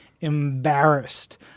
embarrassed